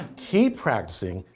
keep practicing,